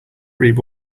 read